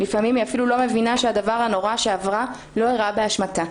לפעמים היא אפילו לא מבינה שהדבר הנורא שעברה לא אירע באשמתה.